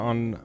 on